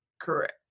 Correct